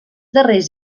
darrers